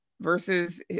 versus